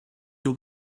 will